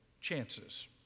chances